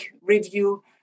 review